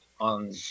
on